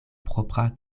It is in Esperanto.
propra